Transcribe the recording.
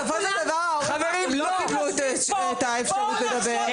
בסופו של דבר הם לא קיבלו את האפשרות לדבר.